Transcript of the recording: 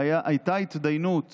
והייתה התדיינות